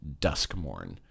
Duskmorn